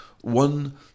One